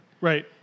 Right